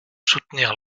soutenir